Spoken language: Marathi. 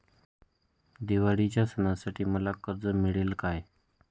दिवाळीच्या सणासाठी मला कर्ज मिळेल काय?